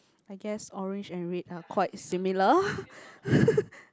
I guess orange and red are quite similar